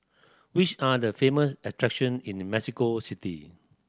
which are the famous attraction in Mexico City